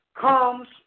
comes